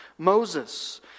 Moses